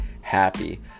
happy